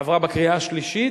עבר בקריאה השלישית,